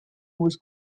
was